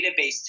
database